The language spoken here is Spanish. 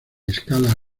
escala